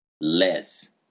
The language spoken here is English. less